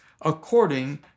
according